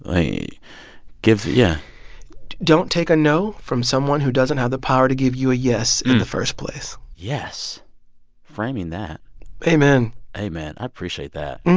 give yeah don't take a no from someone who doesn't have the power to give you a yes in the first place yes framing that amen amen. i appreciate that